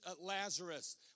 Lazarus